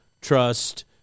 trust